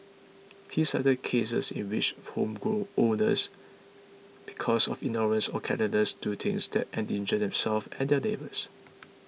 he cited cases in which homeowners because of ignorance or carelessness do things that endanger themselves and their neighbours